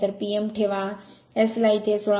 तर Pm ठेवा S ला इथे 16